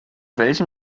welchem